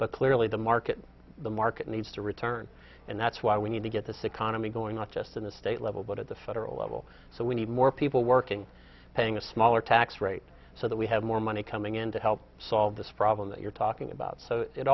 but clearly the market the market needs to return and that's why we need to get this economy going not just in the state level but at the federal level so we need more people working paying a smaller tax rate so that we have more money coming in to help solve this problem that you're talking about so it